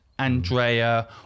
Andrea